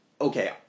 okay